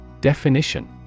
definition